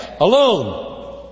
alone